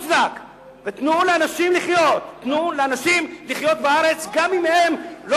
תנו לאנשים לחיות בארץ גם אם הם לא